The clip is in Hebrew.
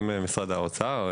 אם משרד האוצר,